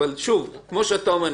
אז יש לו עוד עשר שנים.